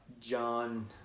John